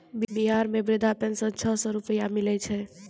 बिहार मे वृद्धा पेंशन छः सै रुपिया मिलै छै